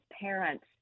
parents